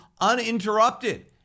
uninterrupted